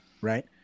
right